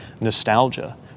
nostalgia